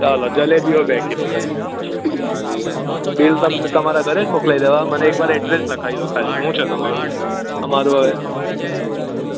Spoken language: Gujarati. ચાલો જલેબીઓ બે કિલો કરી દઉં હું બિલ તમ તમારા ઘરે જ મોકલાવી દઉં મને એક વાર એડ્રેસ લખાવી દો ખાલી હું છે તમારું તમારું